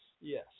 Yes